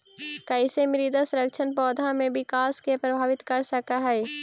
कईसे मृदा संरचना पौधा में विकास के प्रभावित कर सक हई?